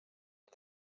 una